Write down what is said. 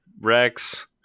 Rex